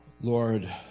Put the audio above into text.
Lord